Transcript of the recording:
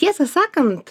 tiesą sakant